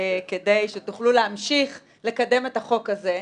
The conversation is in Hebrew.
כדי שתוכלו להמשיך לקדם את החוק הזה,